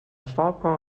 staubkorn